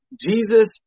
Jesus